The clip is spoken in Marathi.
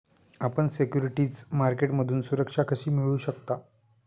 आपण सिक्युरिटीज मार्केटमधून सुरक्षा कशी मिळवू शकता?